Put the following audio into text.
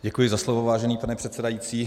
Děkuji za slovo, vážený pane předsedající.